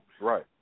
Right